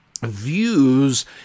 views